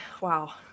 wow